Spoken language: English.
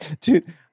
dude